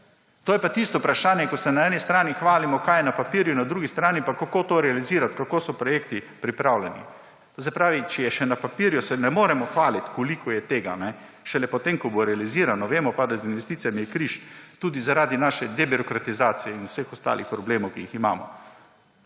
To je pa tisto vprašanje, ko se na eni strani hvalimo, kaj je na papirju, na drugi strani pa, kako to realizirati, kako so projekti pripravljeni. To se pravi, če je še na papirju, se ne moremo hvaliti, ampak šele potem, ko bo realizirano. Vemo pa, da z investicijami je križ tudi zaradi naše debirokratizacije in vseh ostalih problemov, ki jih imamo.